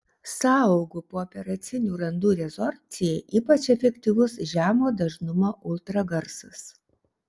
sąaugų pooperacinių randų rezorbcijai ypač efektyvus žemo dažnumo ultragarsas